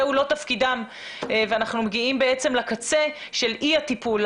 לא תפקידם ואנחנו בעצם מגיעים לקצה של אי הטיפול,